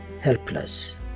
helpless